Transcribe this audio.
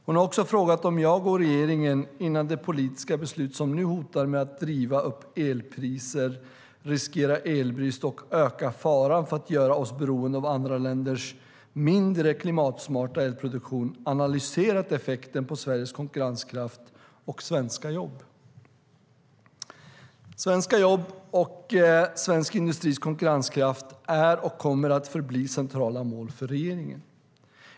Hon har också frågat om jag och regeringen, innan det politiska beslut som nu hotar med att driva upp elpriser, riskera elbrist och öka faran för att göra oss beroende av andra länders mindre klimatsmarta elproduktion, analyserat effekten på Sveriges konkurrenskraft och svenska jobb. Svenska jobb och svensk industris konkurrenskraft är och kommer att förbli centrala mål för regeringen.